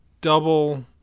double